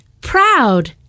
proud